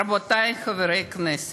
רבותי חברי הכנסת,